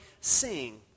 sing